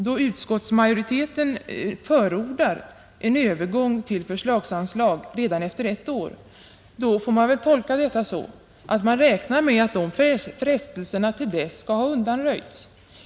Då utskottsmajoriteten förordar en övergång till förslagsanslag redan efter ett år får man väl tolka detta så, att den räknar med att frestelserna till dess skall ha undanröjts.